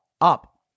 up